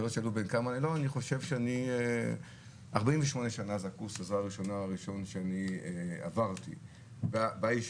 אני חושב 48 שנה זה הקורס העזרה ראשונה הראשון שאני עברתי בישיבה.